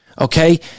Okay